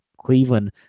Cleveland